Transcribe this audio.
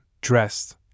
dressed